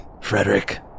Frederick